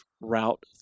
Route